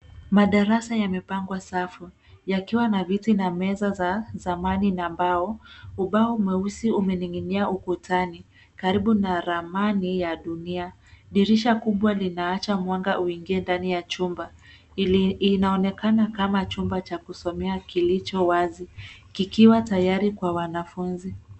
Madarasa yamepangwa safu yakiwa na viti na meza za samani na mbao. Ubao mweusi umening'inia ukutanikaribu na ramani ya dunia. Dirisha kubwa linaacha mwanga uingie ndani ya chumba. Inaonekana kama chumba cha kusomea kilicho wazi kikiwa tayari kwa wanafunzi.